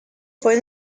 fue